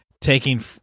taking